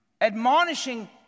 admonishing